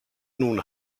nun